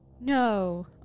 No